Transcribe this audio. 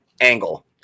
angle